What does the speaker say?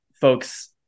folks